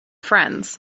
friends